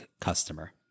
customer